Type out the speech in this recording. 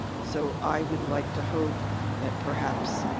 so i would like to hope that perhaps,